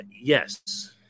Yes